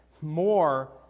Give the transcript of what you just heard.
more